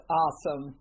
awesome